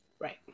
Right